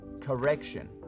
Correction